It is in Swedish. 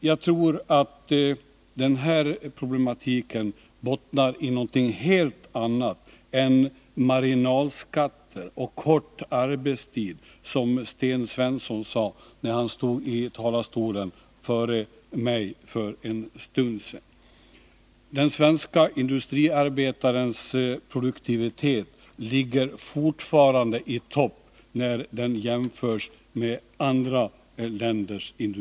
Jag tror att den här problematiken bottnar i något helt annat än marginalskatter och kort arbetstid, som Sten Svensson sade från denna talarstol för en stund sedan. Den svenske industriarbetarens produktivitet ligger fortfarande i topp jämfört med andra länders.